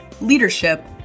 leadership